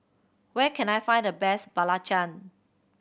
where can I find the best belacan